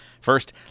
First